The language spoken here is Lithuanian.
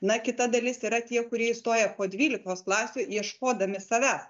na kita dalis yra tie kurie įstoja po dvylikos klasių ieškodami savęs